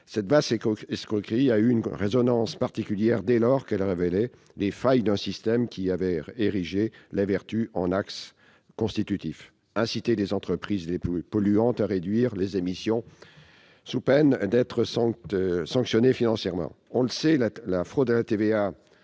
cette vaste escroquerie a une résonnance particulière dès lors qu'elle révélait les failles d'un système qui avait érigé la vertu en axe constitutif : inciter les entreprises les plus polluantes à réduire leurs émissions sous peine d'être sanctionnées financièrement. On le sait, le caractère